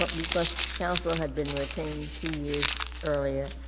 but because counsel had been retained two years earlier,